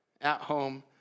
at-home